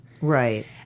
Right